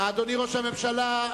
אדוני ראש הממשלה,